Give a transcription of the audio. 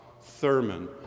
Thurman